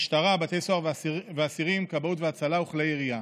משטרה, בתי סוהר ואסירים, כבאות והצלה וכלי ירייה.